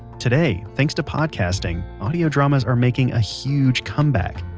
today thanks to podcasting, audio dramas are making a huge comeback.